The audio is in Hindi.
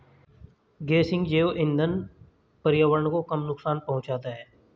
गेसिंग जैव इंधन पर्यावरण को कम नुकसान पहुंचाता है